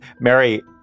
Mary